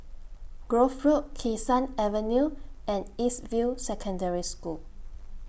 Grove Road Kee Sun Avenue and East View Secondary School